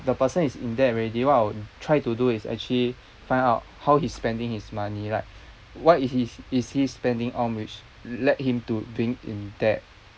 the person is in debt already what I'll try to do is actually find out how he's spending his money right what is is he spending on which led him to being in debt